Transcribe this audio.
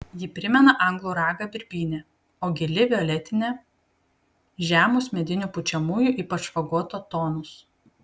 ji primena anglų ragą birbynę o gili violetinė žemus medinių pučiamųjų ypač fagoto tonus